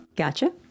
Gotcha